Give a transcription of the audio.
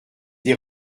des